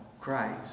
Christ